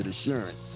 assurance